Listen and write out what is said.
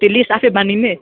त्यो लेस आफै बाँधिने